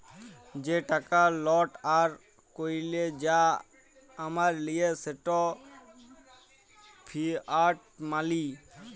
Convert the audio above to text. যে টাকা লট আর কইল যা আমরা লিই সেট ফিয়াট মালি